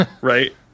right